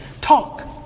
Talk